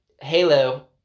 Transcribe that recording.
Halo